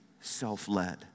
self-led